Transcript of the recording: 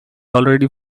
already